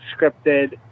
scripted